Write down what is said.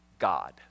God